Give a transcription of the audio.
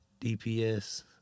DPS